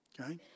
Okay